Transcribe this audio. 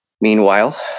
Meanwhile